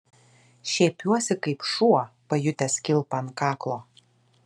šiepiuosi kaip šuo pajutęs kilpą ant kaklo